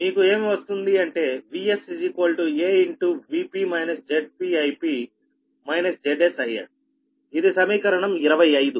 మీకు ఏం వస్తుంది అంటే Vsa Zs Is ఇది సమీకరణం 25